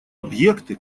объекты